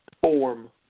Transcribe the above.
form